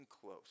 close